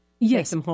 Yes